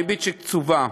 מהריבית שקצובה,